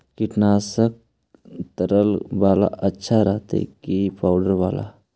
कीटनाशक तरल बाला अच्छा रहतै कि पाउडर बाला?